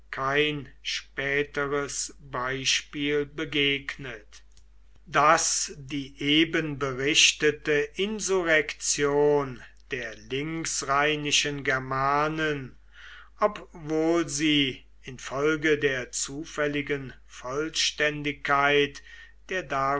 kein späteres beispiel begegnet daß die eben berichtete insurrektion der linksrheinischen germanen obwohl sie infolge der zufälligen vollständigkeit der